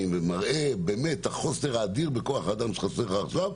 ומראה באמת את החוסר האדיר בכוח אדם שחסר עכשיו,